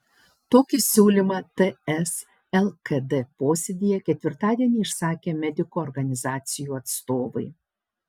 tokį siūlymą ts lkd posėdyje ketvirtadienį išsakė medikų organizacijų atstovai